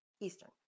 Eastern